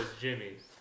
Jimmy's